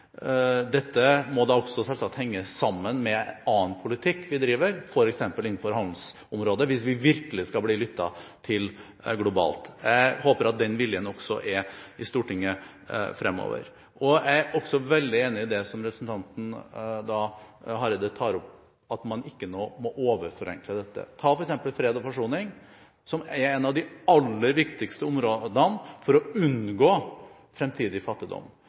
annen politikk vi driver, f.eks. innenfor handelsområdet, hvis vi virkelig skal bli lyttet til globalt. Jeg håper at den viljen også er til stede i Stortinget fremover. Jeg er også veldig enig i det som representanten Hareide tar opp, at man ikke nå må overforenkle dette. Se f.eks. på fred og forsoning, som er et av de aller viktigste områdene for å unngå fremtidig fattigdom.